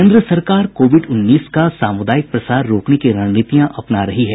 केंद्र सरकार कोविड उन्नीस का सामुदायिक प्रसार रोकने की रणनीतियां अपना रही है